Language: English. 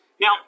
Now